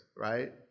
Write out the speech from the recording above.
right